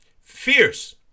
fierce